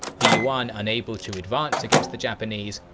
the yuan unable to advance against the japanese,